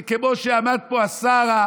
כמו שעמד פה השר,